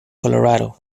colorado